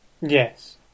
yes